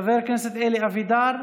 חבר הכנסת אלי אבידר,